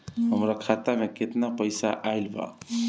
हमार खाता मे केतना पईसा आइल बा?